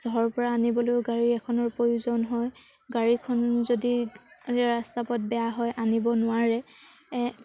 চহৰৰপৰা আনিবলৈয়ো গাড়ী এখনৰ প্ৰয়োজন হয় গাড়ীখন যদি ৰাস্তা পথ বেয়া হয় আনিব নোৱাৰে